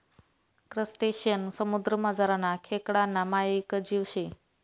crustacean समुद्रमझारना खेकडाना मायेक जीव शे